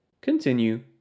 Continue